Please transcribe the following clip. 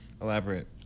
Elaborate